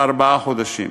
בארבעה חודשים.